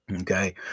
Okay